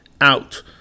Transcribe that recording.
out